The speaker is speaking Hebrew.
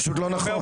זה פשוט לא נכון.